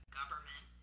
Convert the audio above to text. government